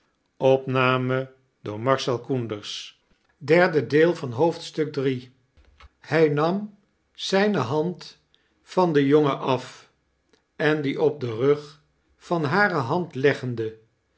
hij nam zijne hand van den jongen af en die op den rug van hare hand leggende